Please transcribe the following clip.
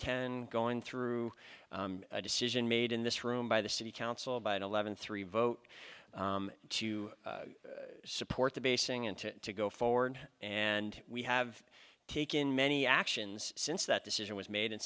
ten going through a decision made in this room by the city council by eleven three vote to support the basing and to to go forward and we have taken many actions since that decision was made and